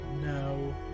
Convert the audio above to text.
No